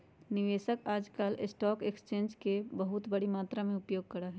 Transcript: निवेशक आजकल stock exchange के बहुत बडी मात्रा में उपयोग करा हई